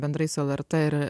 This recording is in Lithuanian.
bendrai lrt ir